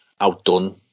outdone